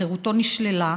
חירותו נשללת,